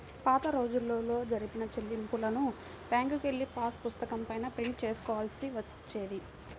పాతరోజుల్లో జరిపిన చెల్లింపులను బ్యేంకుకెళ్ళి పాసుపుస్తకం పైన ప్రింట్ చేసుకోవాల్సి వచ్చేది